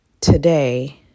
today